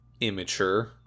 immature